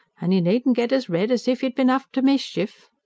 an' you needn't get as red as if you'd bin up to mischief!